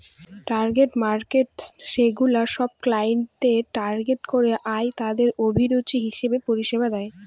target markets সেগুলা সব ক্লায়েন্টদের টার্গেট করে আরতাদের অভিরুচি হিসেবে পরিষেবা দেয়